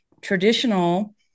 traditional